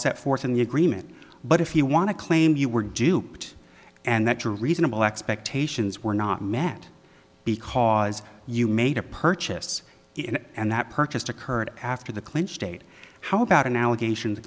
set forth in the agreement but if you want to claim you were duped and that a reasonable expectations were not met because you made a purchase and that purchased occurred after the clinch date how about an allegation t